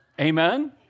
Amen